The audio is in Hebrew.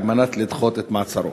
על מנת לדחות את מעצרו?